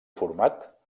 format